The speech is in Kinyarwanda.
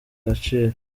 agaciro